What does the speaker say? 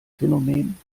phänomen